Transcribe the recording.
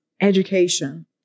education